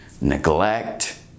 neglect